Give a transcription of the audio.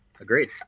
agreed